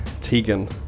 Tegan